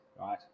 right